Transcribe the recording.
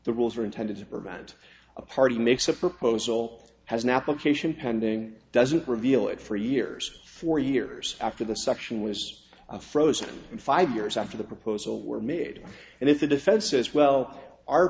the rules are intended to prevent a party makes a proposal has an application pending doesn't reveal it for years four years after the section was a frozen in five years after the proposal were made and if the defense says well our